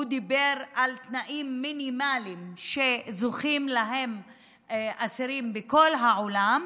הוא דיבר על תנאים מינימליים שזוכים להם האסירים בכל העולם,